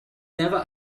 never